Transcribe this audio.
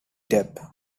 dip